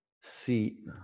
seat